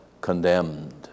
condemned